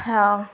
ହଁ